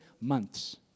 months